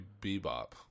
Bebop